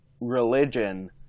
religion